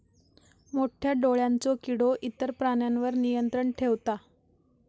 मोठ्या डोळ्यांचो किडो इतर प्राण्यांवर नियंत्रण ठेवता